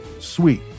sweet